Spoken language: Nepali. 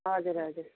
हजुर हजुर